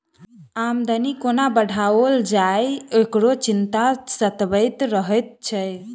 आमदनी कोना बढ़ाओल जाय, एकरो चिंता सतबैत रहैत छै